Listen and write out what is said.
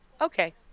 Okay